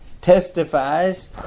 testifies